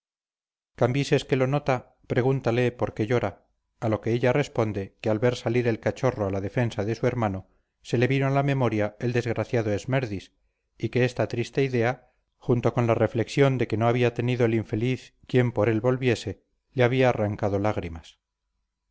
cambises que lo nota pregúntale por qué llora a lo que ella responde que al ver salir el cachorro a la defensa de su hermano se le vino a la memoria el desgraciado esmerdis y que esta triste idea junto con la reflexión de que no había tenido el infeliz quien por él volviese le había arrancado lágrimas